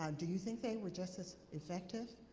um do you think they were just as effective?